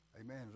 Amen